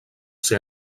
ser